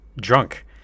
Drunk